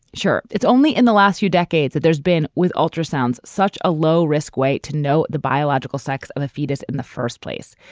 sure it's only in the last few decades that there's been with ultrasounds such a low risk way to know the biological sex of a fetus in the first place.